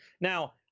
Now